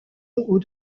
hauts